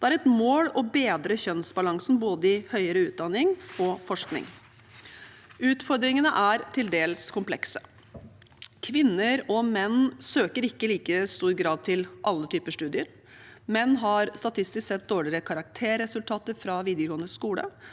Det er et mål å bedre kjønnsbalansen i både høyere utdanning og forskning. Utfordringene er til dels komplekse. Kvinner og menn søker ikke i like stor grad til alle typer studier. Menn har statistisk sett dårligere karakterresultater fra videregående skole,